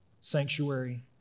sanctuary